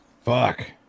Fuck